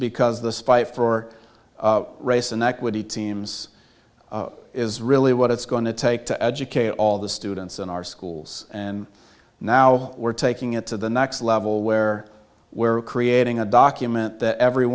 because the spite for race in equity teams is really what it's going to take to educate all the students in our schools and now we're taking it to the next level where we're creating a document that every